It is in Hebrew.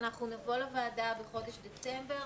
אנחנו נבוא לוועדה בחודש ספטמבר